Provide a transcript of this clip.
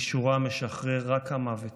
/ משורה משחרר רק המוות".